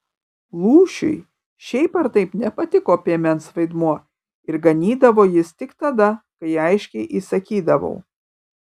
lūšiui šiaip ar taip nepatiko piemens vaidmuo ir ganydavo jis tik tada kai aiškiai įsakydavau